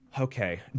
Okay